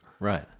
Right